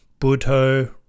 buddho